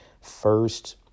First